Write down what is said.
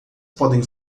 podem